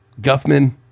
Guffman